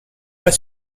pas